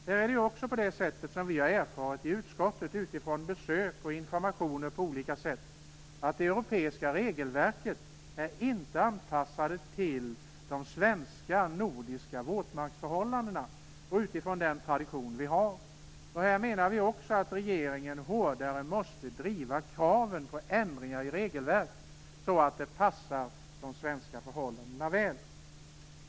Där är det också på det sättet, som vi har erfarit i utskottet utifrån besök och information på olika sätt, att det europeiska regelverket inte är anpassat till de svenska och nordiska våtmarksförhållandena och den tradition som vi har. Här menar vi också att regeringen hårdare måste driva kraven på ändringar i regelverket, så att det passar de svenska förhållandena väl.